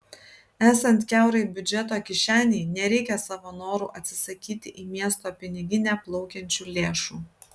esant kiaurai biudžeto kišenei nereikia savo noru atsisakyti į miesto piniginę plaukiančių lėšų